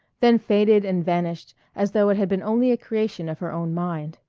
then faded and vanished as though it had been only a creation of her own mind.